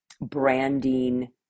branding